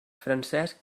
francesc